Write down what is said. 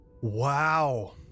Wow